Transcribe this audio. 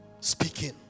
Speaking